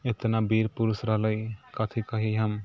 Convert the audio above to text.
इतना वीर पुरुष रहलै कथि कही हम